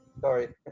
Sorry